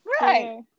right